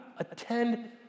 attend